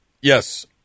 Yes